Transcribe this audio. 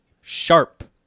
sharp